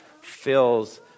fills